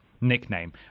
nickname